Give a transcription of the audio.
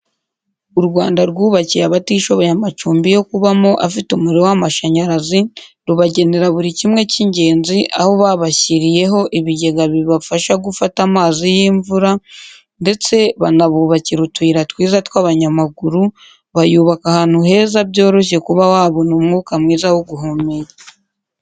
U Rwanda rwubakiye abatishoboye amacumbi yo kubamo afite umuriro w'amashanyarazi rubagenera buri kimwe cy'ingenzi, aho babashyiriyeho ibigega bibafasha gufata amazi y'imvura ndetse banabubakira utuyira twiza tw'abanyamaguru, bayubaka ahantu heza byoroshye kuba wabona umwuka mwiza wo guhumeka.